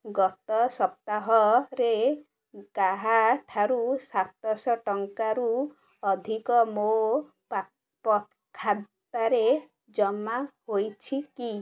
ଗତ ସପ୍ତାହରେ କାହା ଠାରୁ ସାତଶହ ଟଙ୍କାରୁ ଅଧିକ ମୋ ଖାତାରେ ଜମା ହୋଇଛି କି